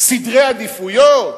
סדרי עדיפויות,